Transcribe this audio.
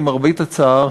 למרבה הצער,